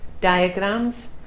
diagrams